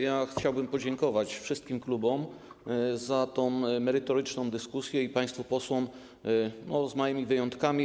Ja chciałbym podziękować wszystkim klubom za tę merytoryczną dyskusję i państwu posłom, z małymi wyjątkami.